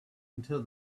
until